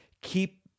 keep